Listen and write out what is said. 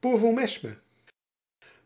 vousmesme